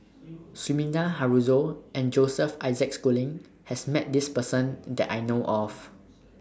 Sumida Haruzo and Joseph Isaac Schooling has Met This Person that I know of